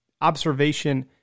observation